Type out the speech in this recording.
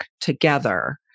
together